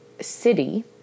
city